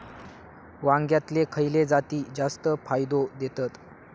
वांग्यातले खयले जाती जास्त फायदो देतत?